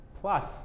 plus